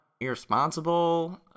irresponsible